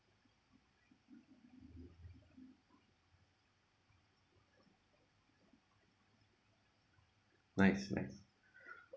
nice nice